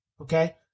okay